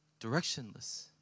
directionless